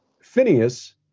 Phineas